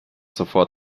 sofort